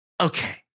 Okay